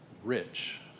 rich